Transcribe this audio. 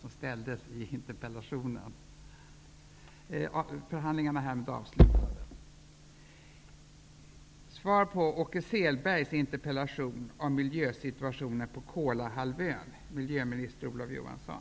Det blir ingen bra interpellationsdebatt när debatten alltför mycket avlägsnar sig från de frågor som ställdes i interpellationen.